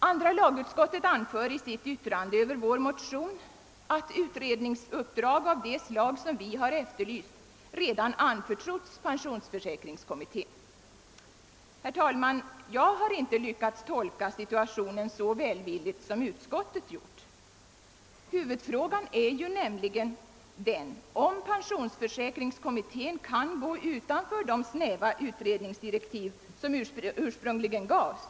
Andra lagutskottet anför i sitt yttrande över våra motioner att utredningsuppdrag av det slag vi har efterlyst redan anförtrotts pensionsförsäkringskommittén. Herr talman! Jag har inte lyckats tolka situationen så välvilligt som utskottet gjort. Huvudfrågan är nämligen, om pensionsförsäkringskommittén kan gå utanför de snäva utredningsdirektiv som ursprungligen gavs.